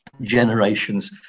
generations